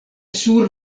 sur